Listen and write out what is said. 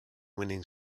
winning